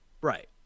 right